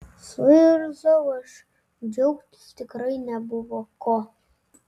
suirzau aš džiaugtis tikrai nebuvo ko